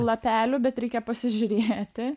lapelių bet reikia pasižiūrėti